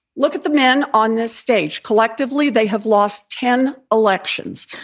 look at the men on this stage. collectively, they have lost ten elections.